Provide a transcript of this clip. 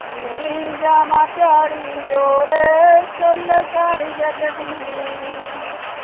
नेईं जावां धैड़ी और चु'ल्ल साढ़ी जगदी नेईं